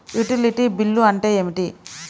Utility bill అంటే ఏమిటి?